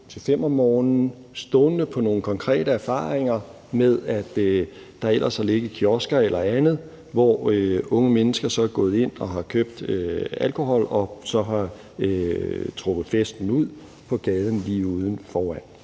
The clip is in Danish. til kl. 5 om morgenen stående på nogle konkrete erfaringer med, at der ellers har ligget kiosker eller andet, hvor unge mennesker så er gået ind og har købt alkohol og så har trukket festen ud på gaden lige ude foran.